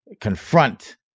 confront